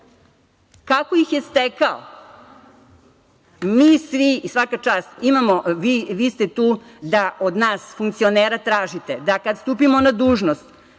Kako ih je stekao? Mi svi, svaka čast, imamo, vi ste tu da od nas funkcionera tražite da kada stupimo na dužnost